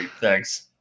thanks